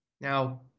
now